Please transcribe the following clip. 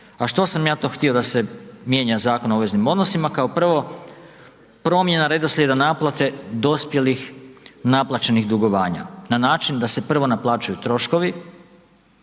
A što sam ja to htio da se mijenja Zakon o obveznim odnosima? Kao prvo, promjena redoslijeda naplate dospjelih naplaćenih dugovanja na način da se prvo naplaćuju troškovi,